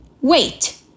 Wait